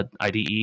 IDE